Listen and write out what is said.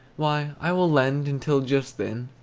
why, i will lend until just then,